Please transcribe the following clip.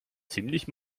ziemlich